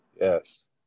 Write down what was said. Yes